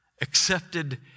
accepted